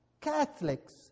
Catholics